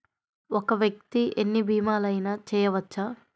ఒక్క వ్యక్తి ఎన్ని భీమలయినా చేయవచ్చా?